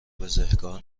بزهکار